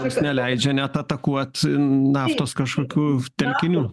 kas neleidžia net atakuot naftos kažkokių telkinių